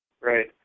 right